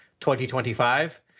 2025